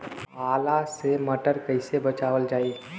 पाला से मटर कईसे बचावल जाई?